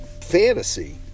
fantasy